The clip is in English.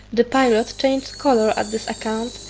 the pilot changed colour at this account,